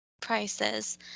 prices